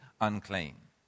unclean